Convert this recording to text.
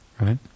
right